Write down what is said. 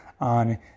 on